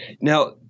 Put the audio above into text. Now